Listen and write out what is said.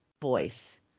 voice